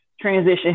transition